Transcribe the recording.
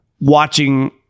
watching